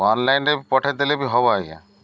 ଅନଲାଇନ୍ରେ ପଠାଇ ଦେଲେ ବି ହବ ଆଜ୍ଞା